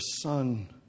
son